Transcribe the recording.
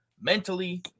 mentally